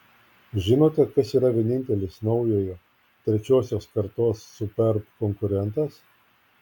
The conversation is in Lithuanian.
žinote kas yra vienintelis naujojo trečiosios kartos superb konkurentas